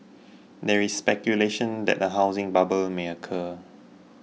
there is speculation that a housing bubble may occur